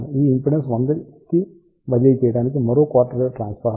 ఈ ఇంపిడెన్స్ను 100కి బదిలీ చేయడానికి మరో క్వార్టర్ వేవ్ ట్రాన్స్ఫార్మర్